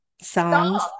songs